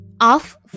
off